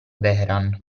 vehrehan